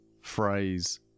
phrase